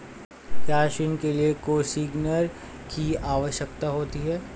क्या ऋण के लिए कोसिग्नर की आवश्यकता होती है?